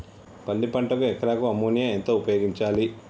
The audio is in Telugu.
పల్లి పంటకు ఎకరాకు అమోనియా ఎంత ఉపయోగించాలి?